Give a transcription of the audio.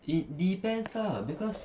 it depends lah cause